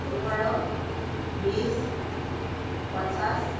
পোন্ধৰ বিছ পঞ্চাছ